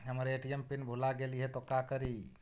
हमर ATM PIN भूला गेली हे, तो का करि?